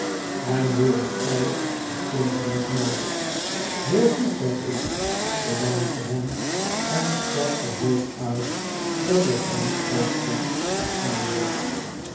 en hoe hebt gij het sindsdien gemaakt heel goed zei ik bedankte hem en sprak de hoop uit dat het hem ook goed gegaan was